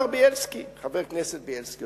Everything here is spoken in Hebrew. חבר הכנסת בילסקי,